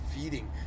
feeding